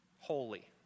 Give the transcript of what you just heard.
holy